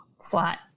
flat